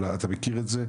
אתה מכיר את זה?